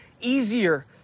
easier